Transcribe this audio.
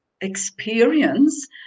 experience